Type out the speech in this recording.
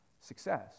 success